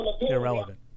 irrelevant